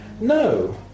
No